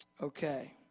Okay